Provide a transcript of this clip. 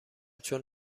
چون